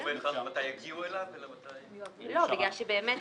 בגלל שבאמת,